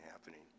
happening